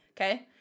okay